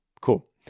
Cool